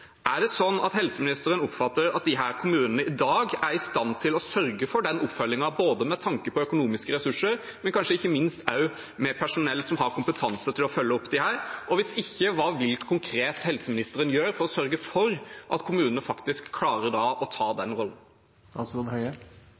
Er det sånn at helseministeren oppfatter at disse kommunene i dag er i stand til å sørge for den oppfølgingen, med tanke på både økonomiske ressurser og kanskje ikke minst personell som har kompetanse til å følge opp disse? Hvis ikke, hva vil helseministeren konkret gjøre for å sørge for at kommunene faktisk klarer å ta den